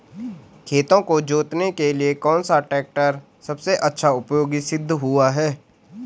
खेतों को जोतने के लिए कौन सा टैक्टर सबसे अच्छा उपयोगी सिद्ध हुआ है?